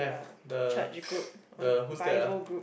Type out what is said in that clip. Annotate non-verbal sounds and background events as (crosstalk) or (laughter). have the (noise) the who's that ah